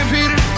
Peter